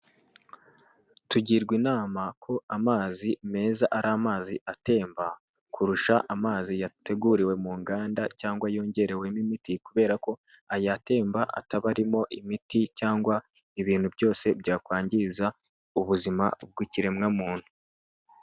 Tugirwa inama ko amazi meza ari amazi atemba kurusha amazi yateguriwe mu nganda cyangwa yongerewemo imiti, kubera ko aya atemba aba atabarimo imiti cyangwa ibintu byose byakwangiza ubuzima bw'ikiremwamuntu.